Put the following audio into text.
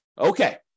Okay